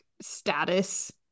status